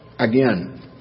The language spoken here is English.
Again